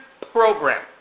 program